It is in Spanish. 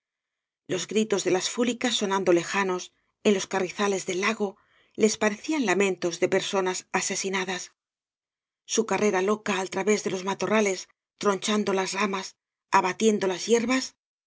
los gritos de las fúlicas sonando lejanos en los carrizales del lago les parecían lamentos de personas asesinadas su carrera loca al través de los matorrales tronchando las ramas abatiendo las hierbas